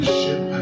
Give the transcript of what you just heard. ship